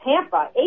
Tampa